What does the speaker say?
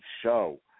show